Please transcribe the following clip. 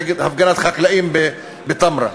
נגד הפגנת חקלאים בתמרה.